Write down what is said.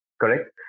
correct